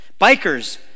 Bikers